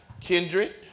kindred